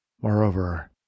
Moreover